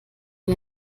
wie